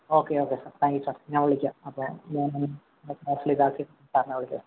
okay okay thank you sir ഞാൻ വിളിക്കാം അപ്പോൾ ഞാൻ രാത്രി രാത്രി സാറിനെ വിളിക്കാം